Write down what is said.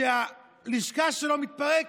שהלשכה שלו מתפרקת,